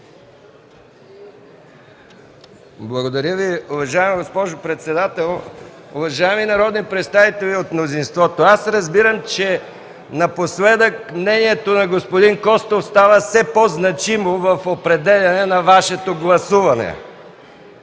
Благодаря Ви, уважаема госпожо председател. Уважаеми народни представители от мнозинството, аз разбирам, че напоследък мнението на господин Костов става все по-значимо в определяне на Вашето гласуване.